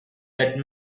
that